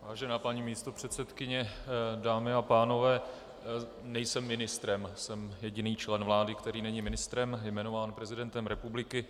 Vážená paní místopředsedkyně, dámy a pánové, nejsem ministrem, jsem jediný člen vlády, který není ministrem jmenován prezidentem republiky.